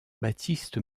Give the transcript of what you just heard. baptiste